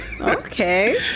okay